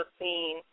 seen